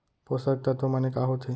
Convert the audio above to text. पोसक तत्व माने का होथे?